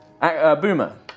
Boomer